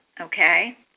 okay